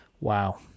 wow